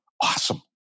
Awesome